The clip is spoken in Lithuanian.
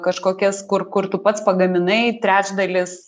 kažkokias kur kur tu pats pagaminai trečdalis